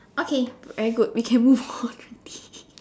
okay very good we can move on already